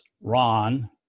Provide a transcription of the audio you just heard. ron